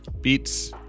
Beats